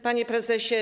Panie Prezesie!